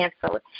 canceled